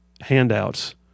handouts